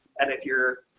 and if you're